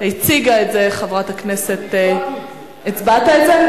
הציגה את זה חברת הכנסת, אני הצבעתי על זה.